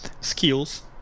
skills